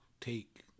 take